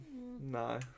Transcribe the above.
no